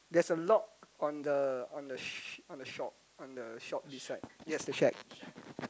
there is a lock on the on the shop on the shop on the shop beside right yes the shack